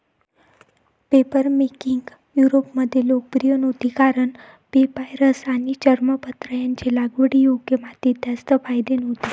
papermaking युरोपमध्ये लोकप्रिय नव्हती कारण पेपायरस आणि चर्मपत्र यांचे लागवडीयोग्य मातीत जास्त फायदे नव्हते